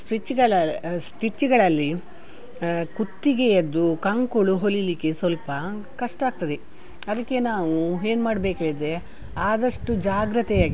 ಸ್ವಿಚ್ಗಳಲ್ಲಿ ಸ್ಟಿಚ್ಗಳಲ್ಲಿ ಕುತ್ತಿಗೆಯದ್ದು ಕಂಕುಳು ಹೊಲಿಲಿಕ್ಕೆ ಸ್ವಲ್ಪ ಕಷ್ಟ ಆಗ್ತದೆ ಅದಕ್ಕೆ ನಾವು ಏನು ಮಾಡಬೇಕೇಳಿದ್ರೆ ಆದಷ್ಟು ಜಾಗ್ರತೆಯಾಗಿ